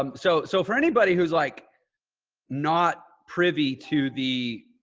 um so so for anybody who's like not privy to the,